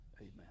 amen